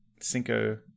cinco